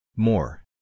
More